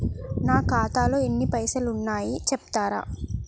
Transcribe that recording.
నా ఖాతాలో ఎన్ని పైసలు ఉన్నాయి చెప్తరా?